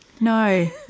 No